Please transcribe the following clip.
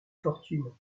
fortune